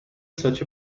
such